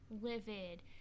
livid